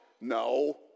No